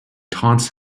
taunts